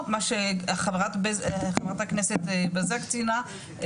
או מה שחברת הכנסת בזק ציינה,